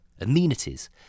amenities